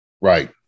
Right